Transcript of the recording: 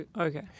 Okay